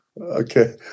okay